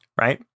right